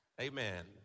amen